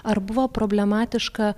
arba buvo problematiška